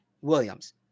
Williams